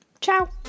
Ciao